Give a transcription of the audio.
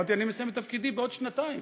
אמרתי: אני מסיים את תפקידי בעוד שנתיים.